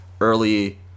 early